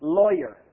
lawyer